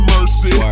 Mercy